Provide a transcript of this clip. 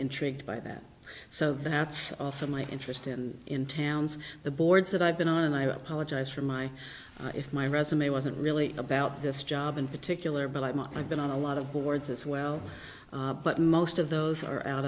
intrigued by that so that's also my interest and in towns the boards that i've been and i apologize for my if my resume wasn't really about this job in particular but i've been on a lot of boards as well but most of those are out